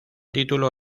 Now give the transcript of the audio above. título